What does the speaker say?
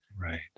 right